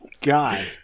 God